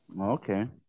Okay